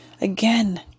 Again